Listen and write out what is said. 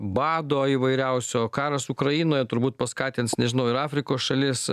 bado įvairiausio karas ukrainoje turbūt paskatins nežinau ir afrikos šalis